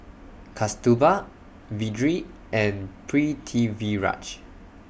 Kasturba Vedre and Pritiviraj